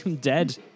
Dead